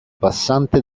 passante